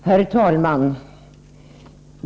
Herr talman!